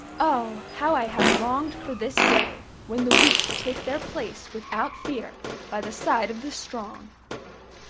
oh! how i have longed for this day when the weak take their place without fear by the side of the strong!